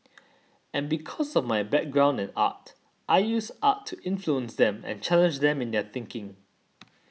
and because of my background in art I use art to influence them and challenge them in their thinking